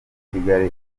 kigali